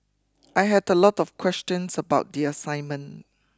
I had a lot of questions about the assignment